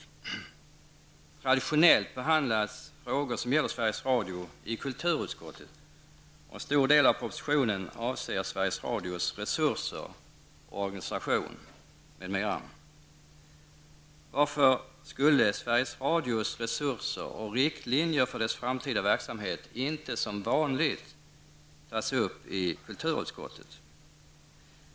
Traditionellt behandlas frågor som gäller Sveriges Radio i kulturutskottet, och en stor del av propositionen avser Sveriges Radios framtida verksamhet inte som vanligt tas upp i kulturutskottet?